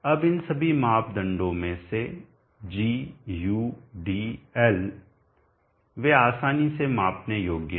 अब इन सभी मापदंडों में से g u d L वे आसानी से मापने योग्य हैं